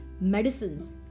medicines